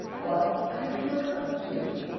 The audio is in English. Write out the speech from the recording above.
why, i have to look up to you!